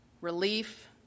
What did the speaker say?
relief